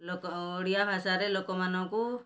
ଲୋକ ଓଡ଼ିଆ ଭାଷାରେ ଲୋକମାନଙ୍କୁ